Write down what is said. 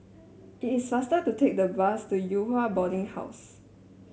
it is faster to take the bus to Yew Hua Boarding House